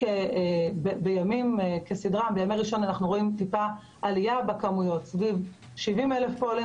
בימי ראשון אנחנו קצת עלייה בכמויות סביב 70,000 פועלים